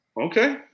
Okay